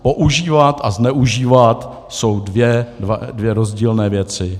Používat a zneužívat jsou dvě rozdílné věci.